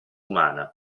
umana